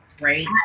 right